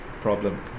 problem